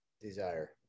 Desire